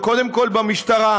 וקודם כול במשטרה,